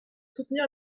soutenir